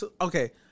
Okay